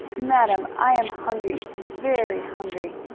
madam, i am hungry very hungry.